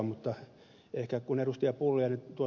mutta ehkä kun ed